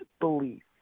belief